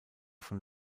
von